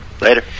Later